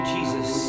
Jesus